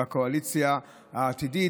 בקואליציה העתידית,